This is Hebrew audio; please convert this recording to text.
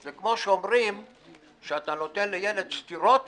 זה כמו שאומרים שאתה נותן לילד סטירות